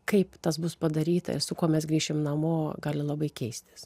kaip tas bus padaryta ir su kuo mes grįšim namo gali labai keistis